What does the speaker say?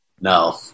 No